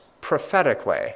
prophetically